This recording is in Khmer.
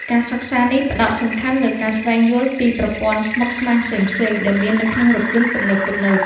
ការសិក្សានេះផ្តោតសំខាន់លើការស្វែងយល់ពីប្រព័ន្ធស្មុគស្មាញផ្សេងៗដែលមាននៅក្នុងរថយន្តទំនើបៗ។